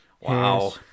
Wow